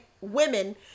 women